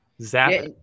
Zap